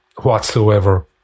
whatsoever